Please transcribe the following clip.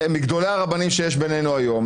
מגדולי הרבנים שיש בינינו היום,